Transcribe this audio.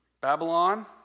Babylon